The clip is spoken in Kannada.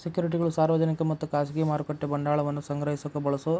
ಸೆಕ್ಯುರಿಟಿಗಳು ಸಾರ್ವಜನಿಕ ಮತ್ತ ಖಾಸಗಿ ಮಾರುಕಟ್ಟೆ ಬಂಡವಾಳವನ್ನ ಸಂಗ್ರಹಿಸಕ ಬಳಸೊ